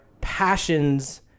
passions